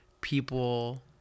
people